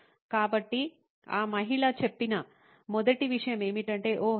'కాబట్టి ఆ మహిళ చెప్పిన మొదటి విషయం ఏమిటంటే' ఓహ్